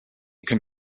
can